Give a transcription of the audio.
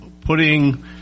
putting